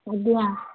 ଆଜ୍ଞା